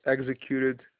executed